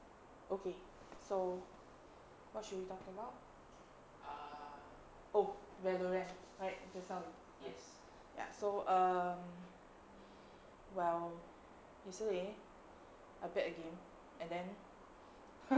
okay so what should we talk about oh valorant right just now we were talking about right ya so um well yesterday I played a game and then